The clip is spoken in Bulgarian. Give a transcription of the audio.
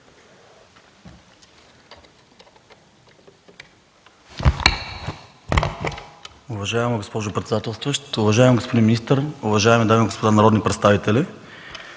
Уважаема госпожо председател, уважаеми господин министър, уважаеми дами и господа народни представители!